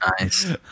Nice